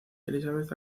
elisabeth